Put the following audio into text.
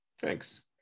Thanks